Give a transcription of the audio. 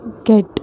Get